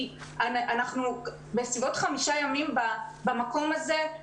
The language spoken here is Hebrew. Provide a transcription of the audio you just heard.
אנחנו בסביבות חמישה ימים במקום הזה,